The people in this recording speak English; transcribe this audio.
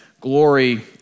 glory